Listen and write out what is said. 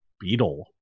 Beetle